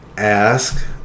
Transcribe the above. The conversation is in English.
ask